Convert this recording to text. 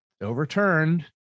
overturned